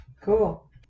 cool